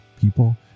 people